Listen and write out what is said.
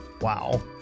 Wow